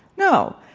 no.